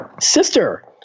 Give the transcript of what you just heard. sister